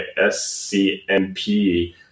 SCMP